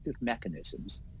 mechanisms